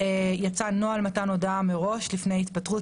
יצא נוהל מתן הודעה מראש לפני התפטרות